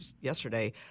yesterday